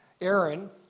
Aaron